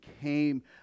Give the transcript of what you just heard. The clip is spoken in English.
came